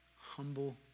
humble